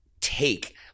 take